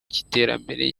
cy’iterambere